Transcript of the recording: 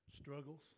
struggles